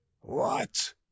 What